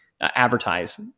advertise